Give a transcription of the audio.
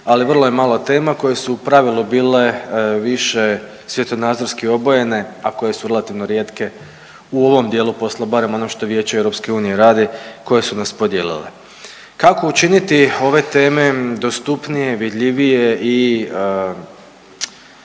ali vrlo je malo tema koje su u pravilu bile više svjetonazorski obojene, a koje su relativno rijetke u ovom dijelu posla, barem ono što Vijeće EU radi koje su nas podijelile. Kako učiniti ove teme dostupnije, vidljivije i